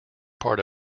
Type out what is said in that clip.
part